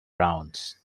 rounds